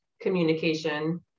communication